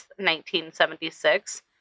1976